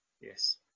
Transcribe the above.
Yes